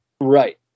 Right